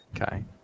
okay